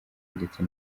ndetse